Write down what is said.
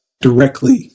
directly